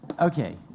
Okay